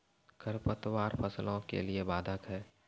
खडपतवार फसलों के लिए बाधक हैं?